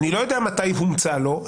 אני לא יודע מתי הומצא לו,